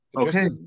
Okay